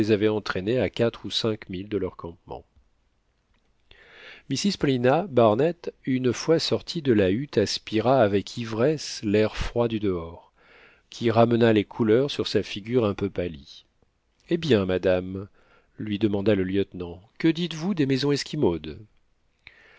avait entraînés à quatre ou cinq milles de leur campement mrs paulina barnett une fois sortie de la hutte aspira avec ivresse l'air froid du dehors qui ramena les couleurs sur sa figure un peu pâlie eh bien madame lui demanda le lieutenant que dites-vous des maisons